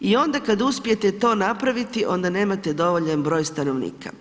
I onda kada uspijete to napraviti onda nemate dovoljan broj stanovnika.